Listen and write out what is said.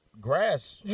grass